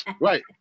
right